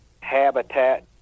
habitat